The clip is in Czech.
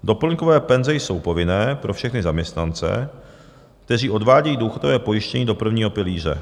Doplňkové penze jsou povinné pro všechny zaměstnance, kteří odvádějí důchodové pojištění do prvního pilíře.